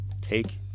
take